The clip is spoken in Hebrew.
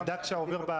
הסבר קצר,